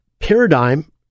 paradigm